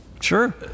Sure